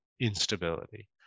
instability